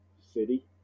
city